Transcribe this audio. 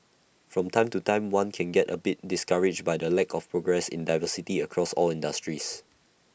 from time to time one can get A bit discouraged by the lack of progress in diversity across all industries